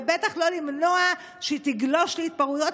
ובטח לא למנוע שהיא תגלוש להתפרעויות,